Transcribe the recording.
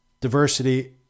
diversity